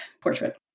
portrait